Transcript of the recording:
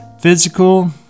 physical